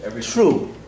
True